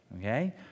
Okay